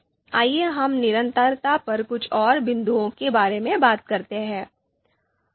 आइए हम निरंतरता पर कुछ और बिंदुओं के बारे में बात करते हैं